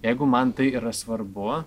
jeigu man tai yra svarbu